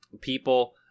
people